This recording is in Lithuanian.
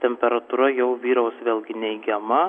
temperatūra jau vyraus vėlgi neigiama